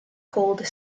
called